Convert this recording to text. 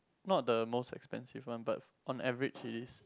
not the most expensive one but on average it is